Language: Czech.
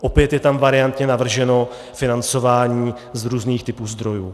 Opět je tam variantně navrženo financování z různých typů zdrojů.